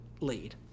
lead